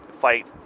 fight